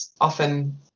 often